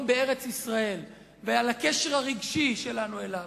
בארץ-ישראל ועל הקשר הרגשי שלנו אליו,